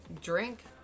drink